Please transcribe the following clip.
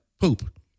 poop